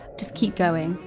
just keep going.